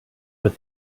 but